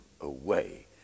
away